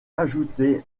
ajouté